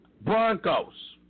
Broncos